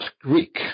Greek